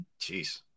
jeez